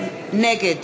נגד